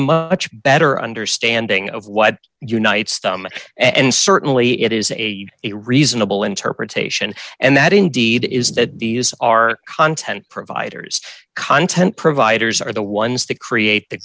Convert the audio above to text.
much better understanding of what unites them and certainly it is a reasonable interpretation and that indeed is that these are content providers content providers are the ones to create the